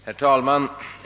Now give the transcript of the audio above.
Herr talman!